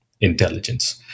intelligence